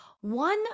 one